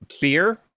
beer